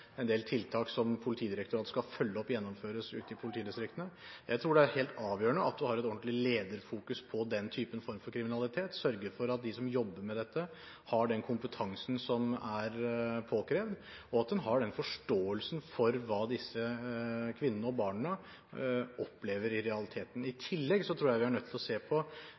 en del tiltak som Politidirektoratet skal følge opp blir gjennomført ute i politidistriktene. Jeg tror det er helt avgjørende at man har et ordentlig lederfokus på den formen for kriminalitet, og sørger for at de som jobber med dette, har den kompetansen som er påkrevd – og at man har forståelse for det disse kvinnene og barna i realiteten opplever. I tillegg tror jeg vi er nødt til å se på